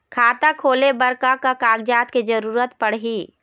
खाता खोले बर का का कागजात के जरूरत पड़ही?